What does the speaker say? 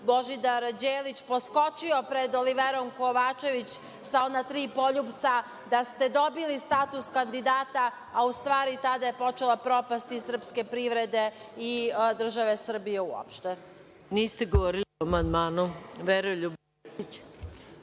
Božidar Đelić, poskočio pred Oliverom Kovačević, sa ona tri poljupca, da ste dobili status kandidata, a u stvari tada je počela propast i srpske privrede i države Srbije uopšte. **Maja Gojković** Niste